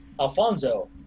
Alfonso